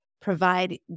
provide